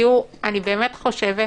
תראו, אני באמת חושבת